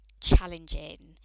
challenging